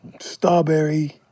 Starberry